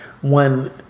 one